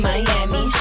Miami